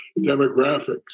demographics